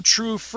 True